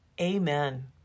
Amen